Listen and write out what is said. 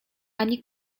ani